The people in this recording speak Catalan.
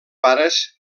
pares